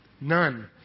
none